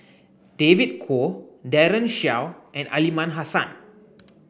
David Kwo Daren Shiau and Aliman Hassan